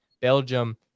Belgium